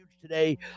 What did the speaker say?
today